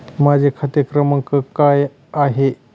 माझा खाते क्रमांक काय आहे?